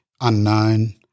Unknown